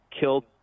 killed